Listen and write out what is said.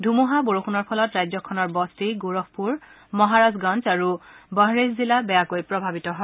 ধুমুহা বৰষুণৰ ফলত ৰাজ্যখনৰ বস্তি গোৰখপুৰ মহাৰাজগঞ্জ আৰু বেহৰেইছ জিলা বেয়াকৈ প্ৰভাৱিত হয়